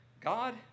God